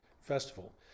festival